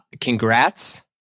Congrats